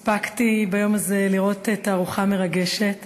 הספקתי ביום הזה לראות תערוכה מרגשת